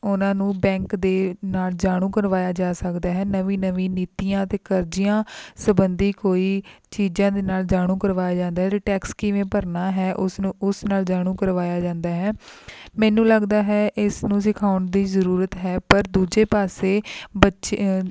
ਉਨ੍ਹਾਂ ਨੂੰ ਬੈਂਕ ਦੇ ਨਾਲ ਜਾਣੂ ਕਰਵਾਇਆ ਜਾ ਸਕਦਾ ਹੈ ਨਵੀਂ ਨਵੀਂ ਨੀਤੀਆਂ ਅਤੇ ਕਰਜ਼ਿਆਂ ਸੰਬੰਧੀ ਕੋਈ ਚੀਜ਼ਾਂ ਦੇ ਨਾਲ ਜਾਣੂ ਕਰਵਾਇਆ ਜਾਂਦਾ ਹੈ ਅਤੇ ਟੈਕਸ ਕਿਵੇਂ ਭਰਨਾ ਹੈ ਉਸ ਨੂੰ ਉਸ ਨਾਲ ਜਾਣੂ ਕਰਵਾਇਆ ਜਾਂਦਾ ਹੈ ਮੈਨੂੰ ਲੱਗਦਾ ਹੈ ਇਸ ਨੂੰ ਸਿਖਾਉਣ ਦੀ ਜ਼ਰੂਰਤ ਹੈ ਪਰ ਦੂਜੇ ਪਾਸੇ ਬੱਚੇ